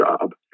job